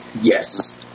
Yes